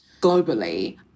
globally